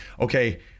okay